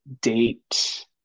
date